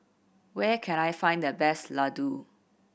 where can I find the best Ladoo